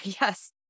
yes